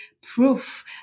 proof